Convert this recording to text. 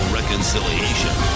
reconciliation